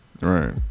Right